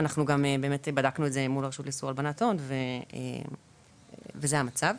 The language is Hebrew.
אנחנו באמת בדקנו את זה מול הרשות לאיסור הלבנת הון וזה המצב.